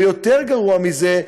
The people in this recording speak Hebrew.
ויותר גרוע מזה,